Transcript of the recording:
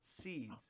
Seeds